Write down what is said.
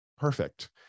perfect